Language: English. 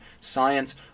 science